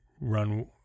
run